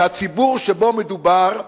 והציבור שבו מדובר,